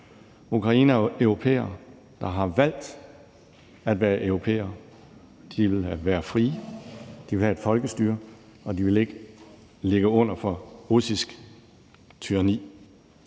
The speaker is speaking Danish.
Ukraine er jo europæere, der har valgt at være europæere. De vil være frie. De vil have et folkestyre, og de vil ikke ligge under for russisk tyranni.